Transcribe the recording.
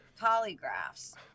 polygraphs